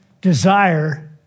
desire